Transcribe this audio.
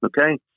Okay